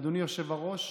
אדוני היושב-ראש,